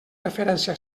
referència